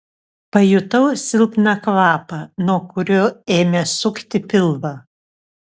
pajutau silpną kvapą nuo kurio ėmė sukti pilvą